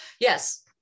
Yes